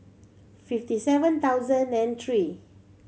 fifty seven thousand and three